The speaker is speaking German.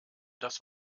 das